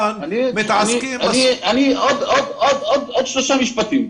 ברשותך, עוד שלושה משפטים.